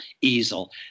easel